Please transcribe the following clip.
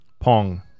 Pong